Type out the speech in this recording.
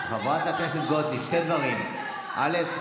חברת הכנסת גוטליב, שני דברים: א.